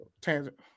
tangent